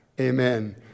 Amen